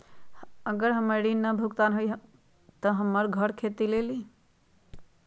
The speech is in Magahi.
अगर हमर ऋण न भुगतान हुई त हमर घर खेती लेली?